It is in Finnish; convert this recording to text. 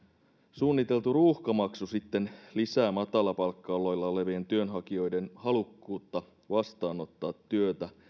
suunniteltu ruuhkamaksu sitten lisää matalapalkka aloilla olevien työnhakijoiden halukkuutta vastaanottaa työtä